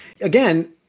again